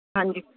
ਹਾਂਜੀ